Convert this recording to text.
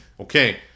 okay